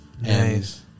Nice